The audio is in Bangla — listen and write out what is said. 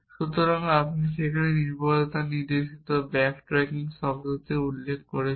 সুতরাং আমরা সেখানে নির্ভরতা নির্দেশিত ব্যাক ট্র্যাকিং শব্দটি উল্লেখ করেছি